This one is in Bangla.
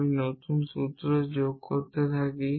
আমি নতুন সূত্র যোগ করতে থাকি